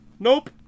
Nope